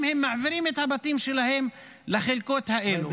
הם מעבירים את הבתים שלהם לחלקות האלו.